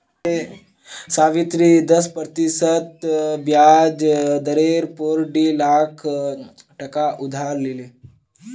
सावित्री दस प्रतिशत ब्याज दरेर पोर डी लाख टका उधार लिले